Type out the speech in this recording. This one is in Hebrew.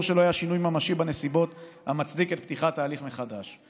שלא היה שינוי ממשי בנסיבות המצדיק את פתיחת ההליך מחדש.